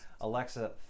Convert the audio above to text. Alexa